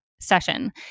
session